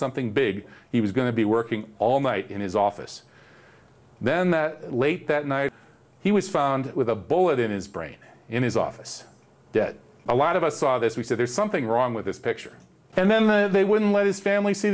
something big he was going to be working all night in his office then that late that night he was found with a bullet in his brain in his office dead a lot of us saw this we said there's something wrong with this picture and then they wouldn't let his family see